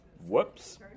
Whoops